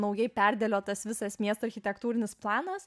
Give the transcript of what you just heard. naujai perdėliotas visas miesto architektūrinis planas